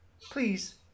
Please